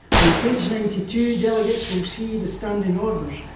on page ninety two, delegates will see the standing orders,